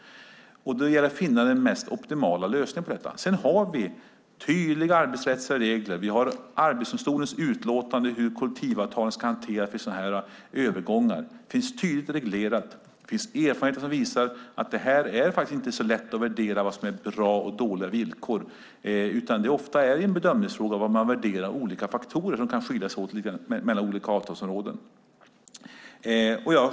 Då gäller det att finna den mest optimala lösningen. Sedan har vi tydliga arbetsrättsliga regler. Vi har Arbetsdomstolens utlåtande om hur kollektivavtalen ska hanteras vid sådana här övergångar. Det finns tydligt reglerat. Det finns erfarenheter som visar att det inte är så lätt att värdera vad som är bra och dåliga villkor, utan ofta är det en bedömningsfråga hur man värderar olika faktorer som kan skilja sig åt lite grann mellan olika avtalsområden.